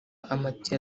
amatiyo